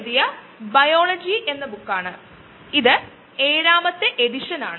ഇനി നമുക്ക് കാൻസറിൽ നിന്ന് നമ്മുടെ ബയോറിയാക്ടേഴ്സ് കോഴ്സിലേക്ക് മടങ്ങാം